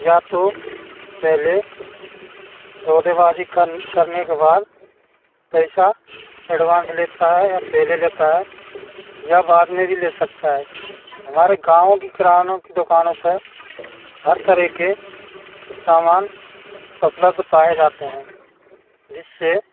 या तो पहले सौदेबाजी कन करने के बाद पैसा एडवांस लेता है या पहले लेता है या बाद में भी ले सकता है हमारे गाँव की किरानों की दुकानों पर हर तरह के सामान उपलब्ध पाए जाते हैं जिससे